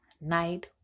night